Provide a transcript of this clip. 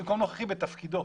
במקום 'הנוכחי' שיהיה 'בתפקידו'.